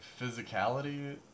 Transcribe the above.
physicality